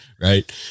Right